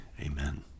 Amen